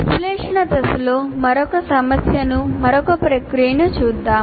విశ్లేషణ దశలో మరొక సమస్యను మరొక ప్రక్రియను చూద్దాం